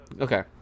Okay